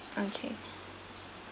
okay